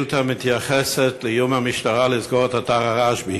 השאילתה מתייחסת לאיום המשטרה לסגור את אתר הרשב"י.